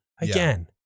again